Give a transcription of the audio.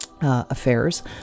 affairs